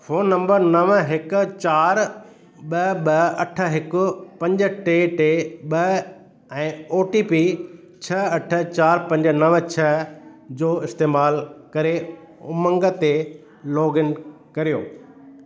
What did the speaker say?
phone number नव हिकु चारि ॿ ॿ अठ हिकु पंज टे टे ॿ ऐं ओ टी पी छह अठ चारि पंज नव छह जो इस्तेमालु करे उमंग ते लोगिन करियो